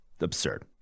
Absurd